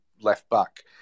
left-back